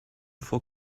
for